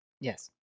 Yes